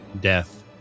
death